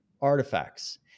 artifacts